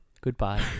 Goodbye